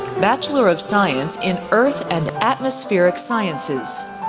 bachelor of science in earth and atmospheric sciences.